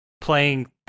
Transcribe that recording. playing